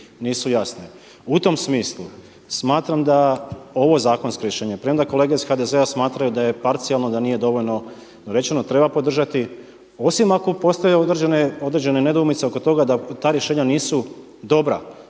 U tom smislu smatram da ovo zakonsko rješenje, premda kolege iz HDZ-a smatraju da je parcijalno, da nije dovoljno dorečeno treba podržati osim ako postoje određene nedoumice oko toga da ta rješenja nisu dobra.